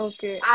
Okay